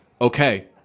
okay